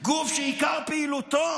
גוף שעיקר פעילותו